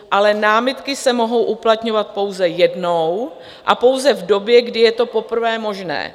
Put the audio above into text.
Ale námitky se mohou uplatňovat pouze jednou a pouze v době, kdy je to poprvé možné.